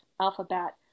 alphabet